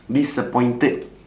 disappointed